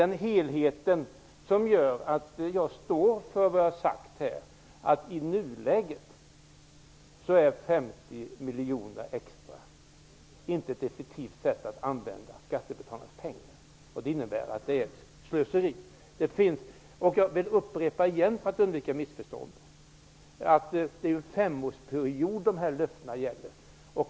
Det är helheten som gör att jag står för vad jag här har sagt, nämligen att 50 miljoner extra i nuläget inte är ett effektivt sätt att använda skattebetalarnas pengar. Det är alltså fråga om slöseri. För att undvika missförstånd upprepar jag återigen att löftena här gäller en femårsperiod.